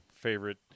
favorite